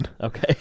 Okay